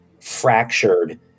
fractured